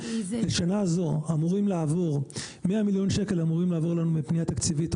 בשנה הזו 100 מיליון שקל אמורים לעבור אלינו מפנייה תקציבית,